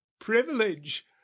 privilege